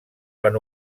van